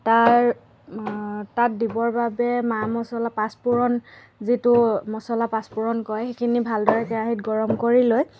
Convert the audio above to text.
তাৰ তাত দিবৰ বাবে মা মচলা পাঁচফোৰণ যিটো মচলা পাঁচফোৰণ কয় সেইখিনি ভালদৰে ভালদৰে কেৰাহীত গৰম কৰি লৈ